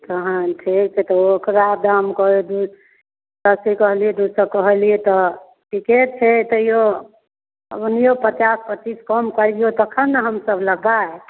तहन ठीक छै ओकरा दाम कथी कहलिए दुइ सओ कहलिए तऽ ठीके छै तैओ ओनाहिओ पचास पचीस कम करिऔ तखन ने हमसब लेबै